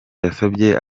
yasabye